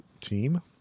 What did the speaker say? team